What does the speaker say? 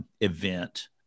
event